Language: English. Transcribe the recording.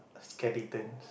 skeletons